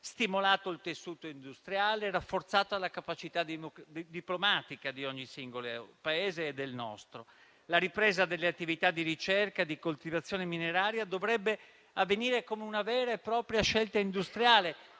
stimolato il tessuto industriale, rafforzata la capacità diplomatica di ogni singolo Paese e del nostro. La ripresa delle attività di ricerca e di coltivazione mineraria dovrebbe avvenire come una vera e propria scelta industriale